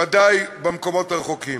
ובוודאי במקומות הרחוקים.